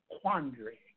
quandary